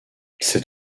cet